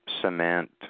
cement